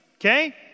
okay